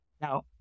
Now